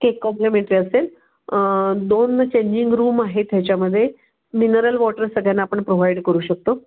cake complimentary असेल दोन changing room आहेत ह्याच्यामध्ये मिनरल वॉटर सगळ्यांना आपण प्रोव्हाइड करू शकतो